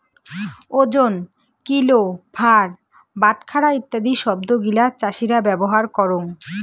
ওজন, কিলো, ভার, বাটখারা ইত্যাদি শব্দ গিলা চাষীরা ব্যবহার করঙ